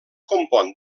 compon